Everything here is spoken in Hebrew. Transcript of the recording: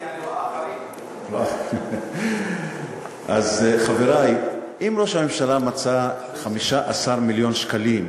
אז, חברי, אם ראש הממשלה מצא 15 מיליון שקלים,